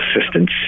assistance